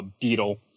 beetle